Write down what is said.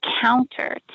counter